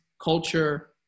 culture